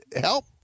help